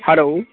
hello